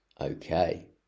Okay